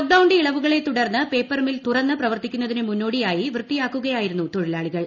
ലോക്ഡൌണിന്റെ ഇളവുകളെ തുടർന്ന് paper mill തുറന്ന് പ്രവർത്തിക്കുന്നതിന് മുന്നോടിയായി വൃത്തിയാക്കുകയായിരുന്നു തൊഴിലാളികൾ